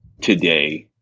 today